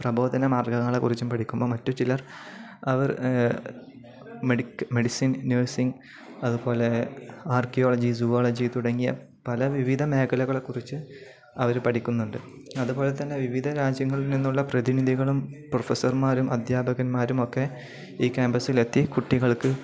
പ്രബോധന മാർഗ്ഗങ്ങളെക്കുറിച്ചും പഠിക്കുമ്പോൾ മറ്റു ചില്ലർ അവർ മെഡിക്ക മെഡിസിൻ നേഴ്സിംഗ് അതുപോലെ ആർക്കിയോളജി സൂോളജി തുടങ്ങിയ പല വിവിധ മേഖലകളെക്കുറിച്ച് അവർ പഠിക്കുന്നുണ്ട് അതുപോലെ തന്നെ വിവിധ രാജ്യങ്ങളിൽ നിന്നുള്ള പ്രതിനിധികളും പ്രൊഫസർമാരും അധ്യാപകന്മാരുമൊക്കെ ഈ ക്യാമ്പസിലെത്തി കുട്ടികൾക്ക്